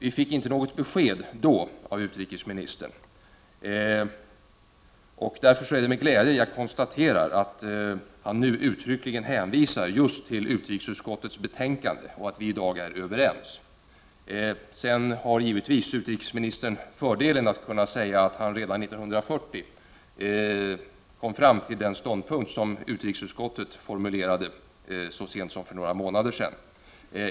Vi fick inte då något besked av utrikesministern. Därför är det med glädje jag konstaterar att han nu uttryckligen hänvisar till just utrikesutskottets betänkande och att vi i dag är överens på den punkten. Utrikesministern har givetvis fördelen av att kunna säga att han redan 1940 kom fram till den ståndpunkt som utrikesutskottet formulerade så sent som för några månader sedan.